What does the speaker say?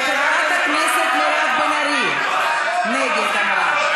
חברת הכנסת מירב בן ארי, נגד, אמרה.